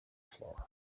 floor